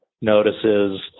notices